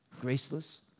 graceless